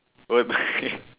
what